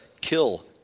kill